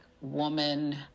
woman